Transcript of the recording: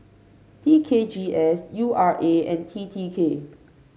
T K G S U R A and T T K